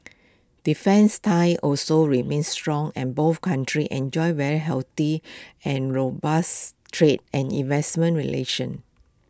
defence ties also remain strong and both countries enjoy very healthy and robust trade and investment relations